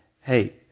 hey